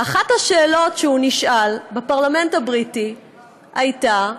ואחת השאלות שהוא נשאל בפרלמנט הבריטי הייתה: